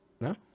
no